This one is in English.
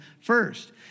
first